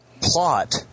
plot